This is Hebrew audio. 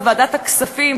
בוועדת הכספים,